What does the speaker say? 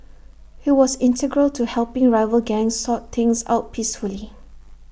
he was integral to helping rival gangs sort things out peacefully